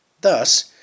Thus